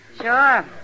Sure